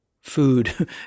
food